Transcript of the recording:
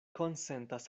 konsentas